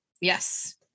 yes